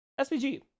SVG